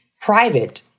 private